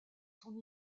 son